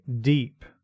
deep